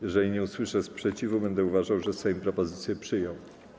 Jeżeli nie usłyszę sprzeciwu, będę uważał, że Sejm propozycję przyjął.